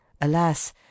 Alas